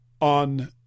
on